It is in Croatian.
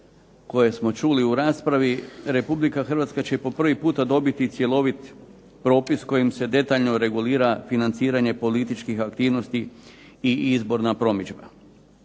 koje smo čuli u raspravi, Republika Hrvatska će po prvi puta dobiti cjelovit propis kojim se detaljno regulira financiranje političkih aktivnosti i izborna promidžba.